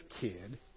kid